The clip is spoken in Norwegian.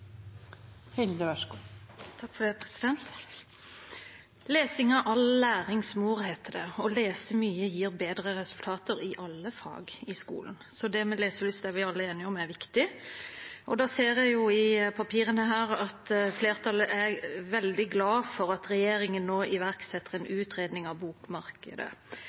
lese mye gir bedre resultater i alle fag i skolen. Så det med leselyst er vi alle enige om at er viktig. Jeg ser i papirene her at flertallet er veldig glad for at regjeringen nå iverksetter en utredning av bokmarkedet.